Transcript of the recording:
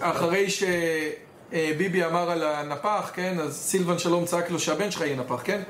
אחרי שביבי אמר על הנפח, כן, אז סילבן שלום צעק לו שהבן שלך יהיה נפח, כן?